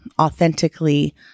authentically